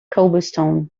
cobblestone